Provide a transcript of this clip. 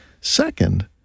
Second